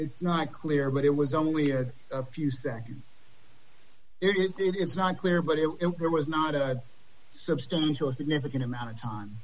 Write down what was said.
is not clear but it was only a few seconds it did it's not clear but it was not a substantial significant amount of time